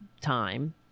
time